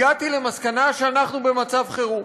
הגעתי למסקנה שאנחנו במצב חירום.